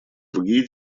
другие